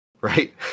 right